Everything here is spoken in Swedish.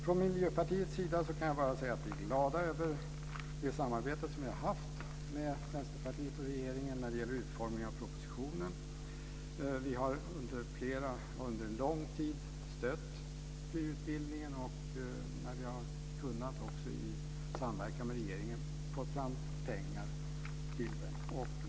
Från Miljöpartiets sida kan jag bara säga att vi är glada över det samarbete som vi har haft med Vänsterpartiet och regeringen i utformningen av propositionen. Vi har under lång tid stött KY och när vi har kunnat också i samverkan med regeringen fått fram pengar till den.